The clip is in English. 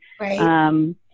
Right